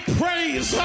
praise